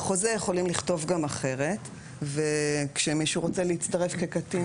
בחוזה יכולים לכתוב גם אחרת וכשמישהו רוצה להצטרף כקטין